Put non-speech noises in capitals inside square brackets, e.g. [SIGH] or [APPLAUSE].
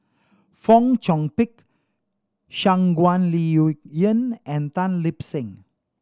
Fong Chong Pik Shangguan Liuyun [UNINTELLIGIBLE] and Tan Lip Seng